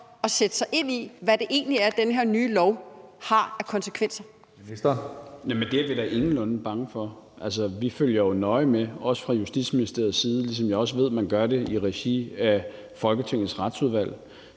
Justitsministeren (Peter Hummelgaard): Jamen det er vi da ingenlunde bange for. Vi følger jo nøje med, også fra Justitsministeriets side, ligesom jeg også ved, at man gør det i regi af Folketingets Retsudvalg.